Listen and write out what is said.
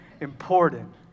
important